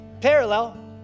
Parallel